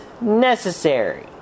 necessary